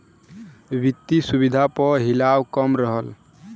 वित्तिय सुविधा प हिलवा कम रहल